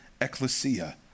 ecclesia